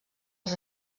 els